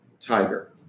tiger